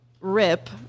rip